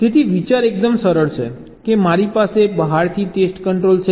તેથી વિચાર એકદમ સરળ છે કે મારી પાસે બહારથી ટેસ્ટ કંટ્રોલ છે